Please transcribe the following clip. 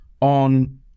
on